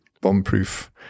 bomb-proof